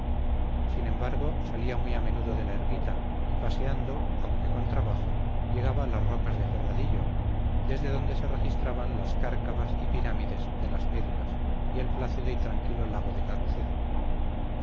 sin embargo salía muy a menudo de la ermita y paseando aunque con trabajo llegaba a las rocas de ferradillo desde donde se registran las cárcabas y pirámides de las médulas y el plácido y tranquilo lago de